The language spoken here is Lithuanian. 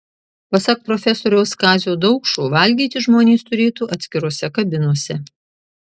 pasak profesoriaus kazio daukšo valgyti žmonės turėtų atskirose kabinose